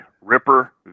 ripper